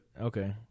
Okay